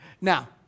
Now